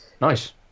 Nice